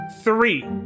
three